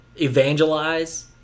evangelize